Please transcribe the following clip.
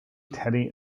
teddy